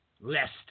lest